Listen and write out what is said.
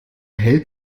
hält